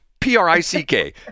P-R-I-C-K